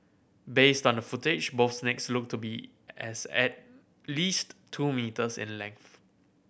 based on the footage both snakes looked to be as at least two metres in length